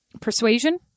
Persuasion